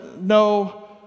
no